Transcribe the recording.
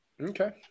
Okay